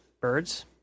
birds